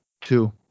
two